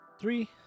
Three